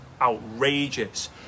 outrageous